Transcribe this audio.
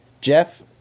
Jeff